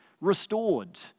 restored